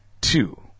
two